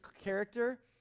character